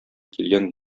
килгән